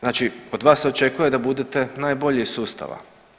Znači od vas se očekuje da budete najbolji iz sustava.